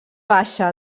baixa